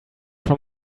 from